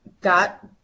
got